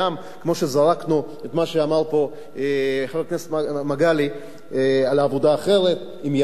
כמו שזרקנו את מה שאמר פה חבר הכנסת מגלי על עבודה אחרת עם הירדנים?